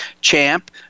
champ